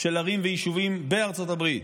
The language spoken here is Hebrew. של ערים ויישובים בארצות הברית.